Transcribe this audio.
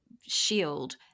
shield